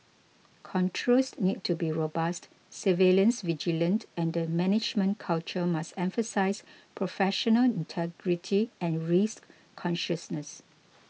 controls need to be robust surveillance vigilant and the management culture must emphasise professional integrity and risk consciousness